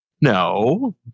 No